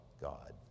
God